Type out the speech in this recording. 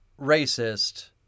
racist